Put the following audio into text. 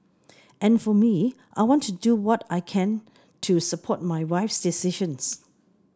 and for me I want to do what I can to support my wife's decisions